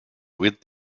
with